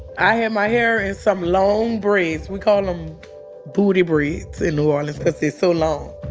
i had my hair in some long braids. we call them booty braids in new orleans because they so long.